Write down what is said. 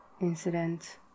incident